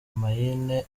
maine